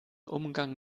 umgang